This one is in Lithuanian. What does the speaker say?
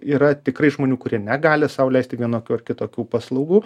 yra tikrai žmonių kurie negali sau leisti vienokių ar kitokių paslaugų